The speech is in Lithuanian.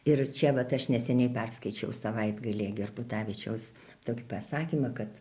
ir čia vat aš neseniai perskaičiau savaitgalį gerbutavičiaus tokį pasakymą kad